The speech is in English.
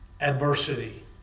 adversity